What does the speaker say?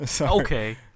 Okay